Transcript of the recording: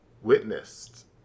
witnessed